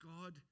God